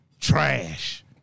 trash